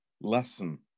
lesson